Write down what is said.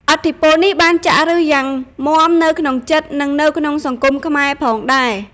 ឥទ្ធិពលនេះបានចាក់ឫសយ៉ាងមាំនៅក្នុងចិត្ត និងនៅក្នុងសង្គមខ្មែរផងដែរ។